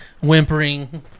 whimpering